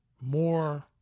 more